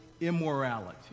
immorality